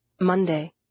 Monday